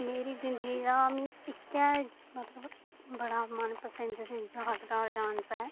मेरी जिंदगी दा इक्कै मतलब बड़ा मन पसंद दा डांस ऐ